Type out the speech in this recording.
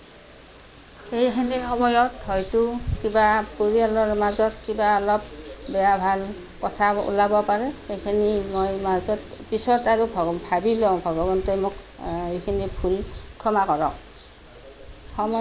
এইখিনি সময়ত হয়তো কিবা পৰিয়ালৰ মাজত কিবা অলপ বেয়া ভাল কথা ওলাব পাৰে সেইখিনি মই মাজত পিছত আৰু ভাবি লওঁ ভগৱন্তই মোক এইখিনি ভুল ক্ষমা কৰক